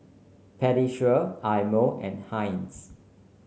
Pediasure Eye Mo and Heinz